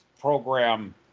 program